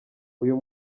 uyu